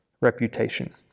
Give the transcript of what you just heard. reputation